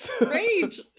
Rage